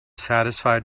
satisfied